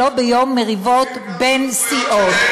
לא ביום מריבות בין סיעות.